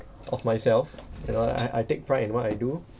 of myself you know I I take pride in what I do